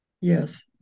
Yes